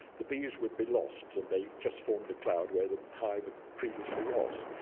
the bees would be lost and they just formed a cloud where the hive previously was.